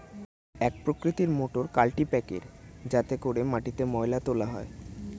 এক প্রকৃতির মোটর কাল্টিপ্যাকের যাতে করে মাটিতে ময়লা তোলা হয়